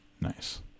Nice